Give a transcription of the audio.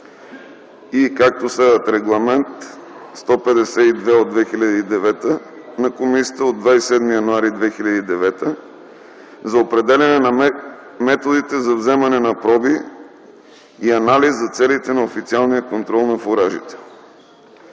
и - Регламент ЕО № 152/2009 на Комисията от 27 януари 2009 г. за определяне на методите за вземане на проби и анализ за целите на официалния контрол на фуражите.